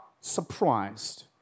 surprised